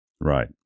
Right